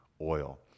oil